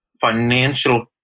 financial